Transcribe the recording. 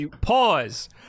pause